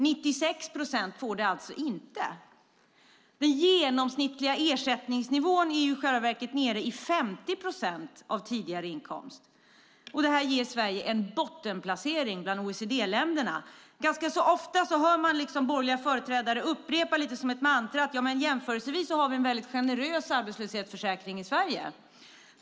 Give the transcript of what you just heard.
96 procent får det alltså inte. Den genomsnittliga ersättningsnivån är i själva verket nere i 50 procent av tidigare inkomst. Det här ger Sverige en bottenplacering bland OECD-länderna. Ganska ofta hör man borgerliga företrädare upprepa lite som ett mantra att jämförelsevis har vi en väldigt generös arbetslöshetsförsäkring i Sverige.